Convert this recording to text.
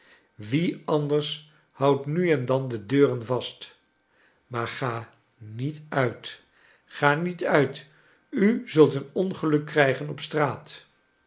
wie anders houdt nu en dan de deuren vast maar ga niet uit ga niet uit u zult een ongeluk krijgen op straat